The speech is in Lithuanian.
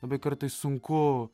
labai kartais sunku